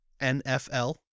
NFL